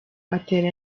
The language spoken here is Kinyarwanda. atera